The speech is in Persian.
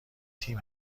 تیم